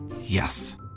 Yes